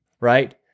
right